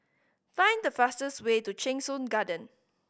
find the fastest way to Cheng Soon Garden